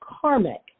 karmic